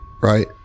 right